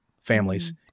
families